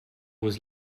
was